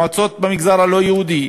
מועצות במגזר הלא-יהודי,